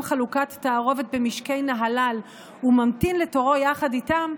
חלוקת תערובת במשקי נהלל וממתין לתורו יחד איתם,